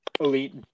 elite